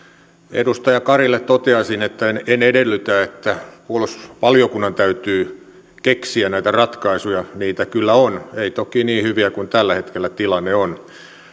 edustaja karille toteaisin että en edellytä että puolustusvaliokunnan täytyy keksiä näitä ratkaisuja niitä kyllä on ei toki niin hyviä kuin tällä hetkellä tilanne on